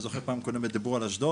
אני זוכר שפעם קודמת דיברו על אשדוד,